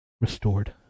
restored